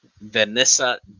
Vanessa